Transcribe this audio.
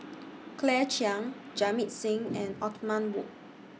Claire Chiang Jamit Singh and Othman Wok